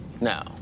Now